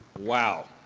wow.